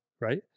right